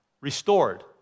restored